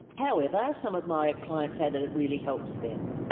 however some of my clients say that it really helps them.